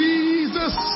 Jesus